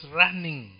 running